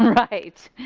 right.